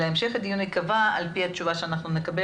אלא המשך הדיון ייקבע על פי התשובה שנקבל,